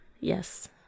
yes